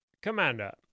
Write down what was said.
Commander